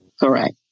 Correct